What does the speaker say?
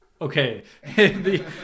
Okay